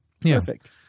Perfect